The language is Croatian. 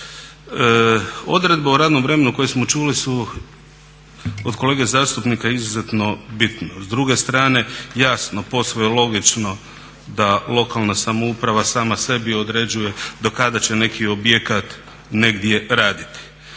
Odredbe o radnom vremenu koje smo čuli su od kolege zastupnika izuzetno bitne. S druge strane, jasno, posve je logično da lokalna samouprava sama sebi određuje do kada će neki objekat negdje raditi.